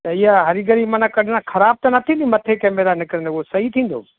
त इहा हरी घड़ी मना कढण ख़राब त न थींदी मथे केमेरा निकिरंदी उहो सही थींदो